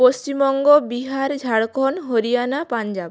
Paschimbanga Bihar Jharkhand Haryana Punjab